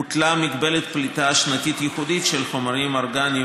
הוטלה הגבלת פליטה שנתית ייחודית של חומרים אורגניים